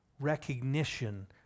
recognition